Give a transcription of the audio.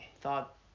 thought